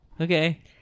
Okay